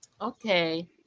okay